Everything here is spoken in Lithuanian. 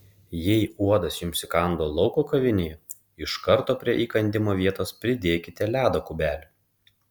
jei uodas jums įkando lauko kavinėje iš karto prie įkandimo vietos pridėkite ledo kubelį